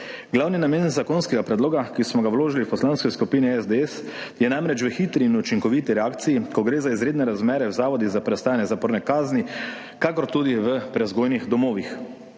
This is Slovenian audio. Glavni namen zakonskega predloga, ki smo ga vložili v Poslanski skupini SDS, je v hitri in učinkoviti reakciji, ko gre za izredne razmere v zavodih za prestajanje zaporne kazni ter tudi v prevzgojnih domovih,